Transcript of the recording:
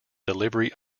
delivery